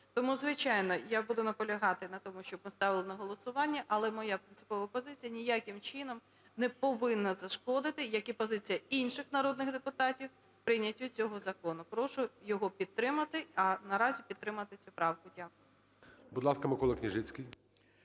Тому, звичайно, я буду наполягати на тому, щоб поставили на голосуванні. Але моя принципова позиція ніяким чином не повинна зашкодити, як і позиція інших народних депутатів, прийняттю цього закону. Прошу його підтримати, а наразі підтримати цю правку. Дякую.